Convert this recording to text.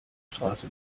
straße